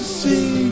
see